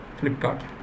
Flipkart